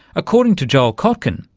according to joel kotkin,